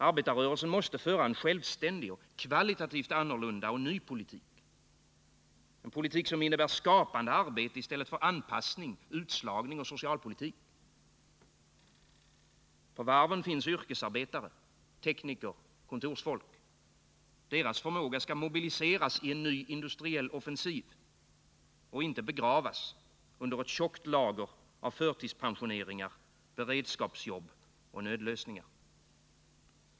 Arbetarrörelsen måste föra en självständig, kvalitativt annorlunda och ny politik — en politik som innebär skapande arbete i stället för anpassning, utslagning och socialpolitik. På varven finns yrkesarbetare, tekniker och kontorsfolk. Deras förmåga skall mobiliseras i en ny industriell offensiv, inte begravas under ett tjockt lager av förtidspensioneringar, beredskapsjobb och nödlösningar.